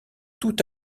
tout